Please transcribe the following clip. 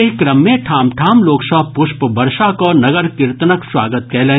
एहि क्रम मे ठाम ठाम लोक सभ पुष्प वर्षा कऽ नगर कीर्तनक स्वागत कयलनि